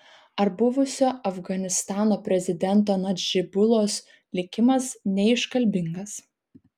ar buvusio afganistano prezidento nadžibulos likimas neiškalbingas